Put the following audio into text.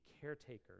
caretakers